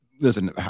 listen